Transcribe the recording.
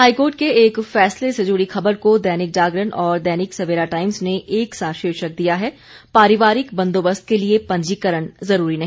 high court के एक फैसले से जुड़ी खबर को दैनिक जागरण और दैनिक सवेरा टाइम्स ने एक सा शीर्षक दिया है पारिवारिक बंदोबस्त के लिए पंजीकरण जरूरी नहीं